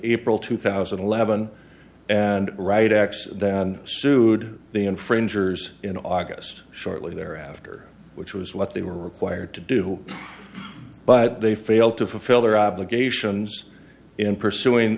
april two thousand and eleven and right x then sued the infringers in august shortly thereafter which was what they were required to do but they failed to fulfill their obligations in pursuing